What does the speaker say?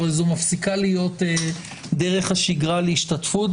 אבל זו מפסיקה להיות דרך השגרה להשתתפות,